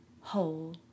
whole